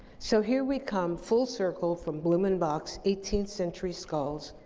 so, here we come full circle from blumenbach's eighteenth century skulls,